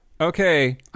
Okay